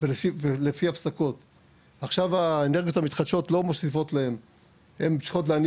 כאשר אנחנו יורדים